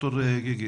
ד"ר גיגי.